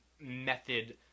method